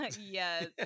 yes